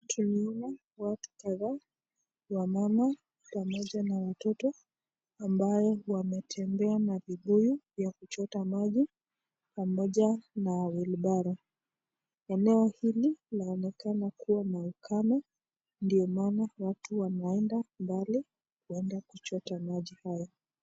Tunaona watu kadhaa wamama pamoja na watoto ambayo wametembea na vibuyu vya kuchota maji pamoja na wilibaro. Eneo hili laonekana kuwa na ukame ndio maana watu wanaenda mbali kuenda kuchota maji hayo.